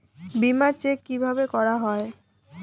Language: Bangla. বিমা চেক কিভাবে করা হয়?